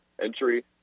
entry